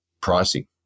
pricing